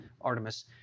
Artemis